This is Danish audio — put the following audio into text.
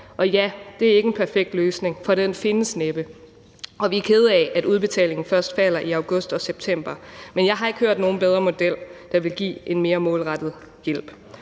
Og ja, det er ikke en perfekt løsning, for den findes næppe, og vi er kede af, at udbetalingen først falder i august og september. Men jeg har ikke hørt om nogen bedre model, der vil give en mere målrettet hjælp.